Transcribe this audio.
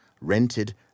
rented